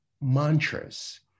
mantras